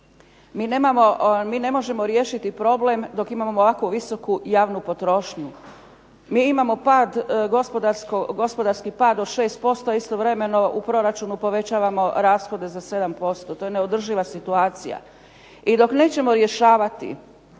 Mi ne možemo riješiti problem dok imamo ovako visoku javnu potrošnju. Mi imamo gospodarski pad od 6%, istovremeno u proračunu povećavamo rashode za 7%. To je neodrživa situacija. I dok nećemo rješavati